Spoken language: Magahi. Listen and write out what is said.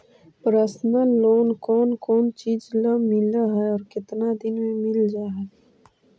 पर्सनल लोन कोन कोन चिज ल मिल है और केतना दिन में मिल जा है?